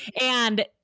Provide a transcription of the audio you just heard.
and-